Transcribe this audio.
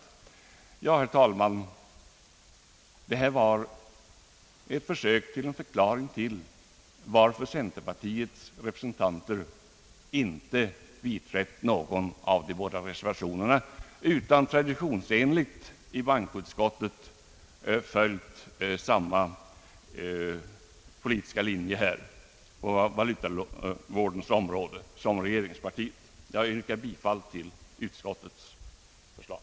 Det var, herr talman, ett försök att förklara varför centerpartiets representanter inte biträtt någon av de båda reservationerna utan traditionsenligt i bankoutskottet följt samma politiska linje på valutavårdens område som regeringspartiet. Jag yrkar bifall till utskottets förslag.